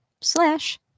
slash